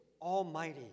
almighty